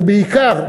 ובעיקר,